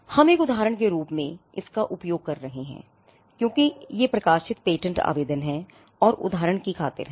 हम एक उदाहरण के रूप में इस का उपयोग कर रहे हैं क्योंकि ये प्रकाशित पेटेंट आवेदन हैं और उदाहरण की खातिर हैं